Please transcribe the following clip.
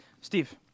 Steve